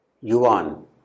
Yuan